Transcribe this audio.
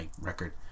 record